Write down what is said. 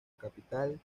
capital